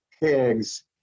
pigs